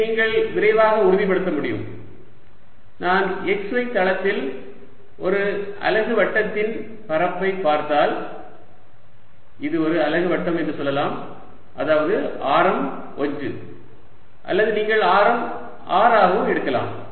இதை நீங்கள் விரைவாக உறுதிப்படுத்த முடியும் நான் xy தளத்தில் ஒரு அலகு வட்டத்தின் பரப்பை பார்த்தால் இது ஒரு அலகு வட்டம் என்று சொல்லலாம் அதாவது ஆரம் 1 அல்லது நீங்கள் ஆரம் r ஆகவும் எடுக்கலாம்